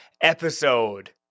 episode